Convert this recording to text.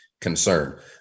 concern